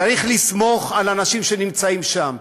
צריך לסמוך על האנשים שנמצאים שם,